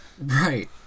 right